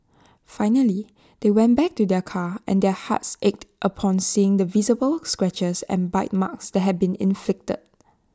finally they went back to their car and their hearts ached upon seeing the visible scratches and bite marks that had been inflicted